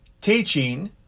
teaching